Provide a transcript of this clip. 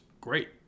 great